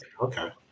Okay